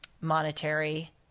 monetary